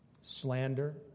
slander